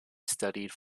studied